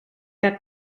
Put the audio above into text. that